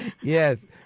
Yes